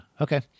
Okay